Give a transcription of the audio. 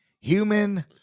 human